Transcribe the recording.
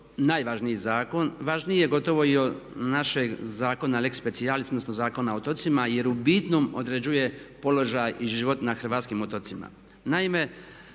najvažniji zakon, važniji je gotovo i od našeg zakona lex specialis odnosno Zakona o otocima jer u bitnom određuje položaj i život na hrvatskim otocima. Naime,